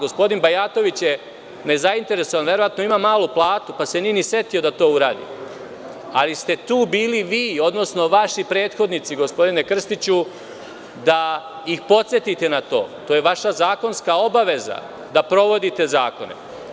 Gospodin Bajatović je nezainteresovan, verovatno ima malu platu pa se nije ni setio da to uradi, ali ste tu bili vi, odnosno vaši prethodnici, gospodine Krstiću, da ih podsetite na to, to je vaša zakonska obaveza da sprovodite zakone.